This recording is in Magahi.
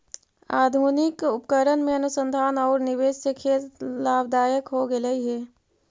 आधुनिक उपकरण में अनुसंधान औउर निवेश से खेत लाभदायक हो गेलई हे